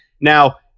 now